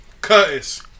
Curtis